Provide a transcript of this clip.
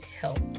help